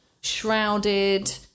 shrouded